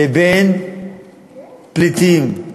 לבין פליטים.